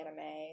anime